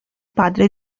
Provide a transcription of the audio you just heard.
padre